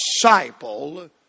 disciple